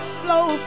flow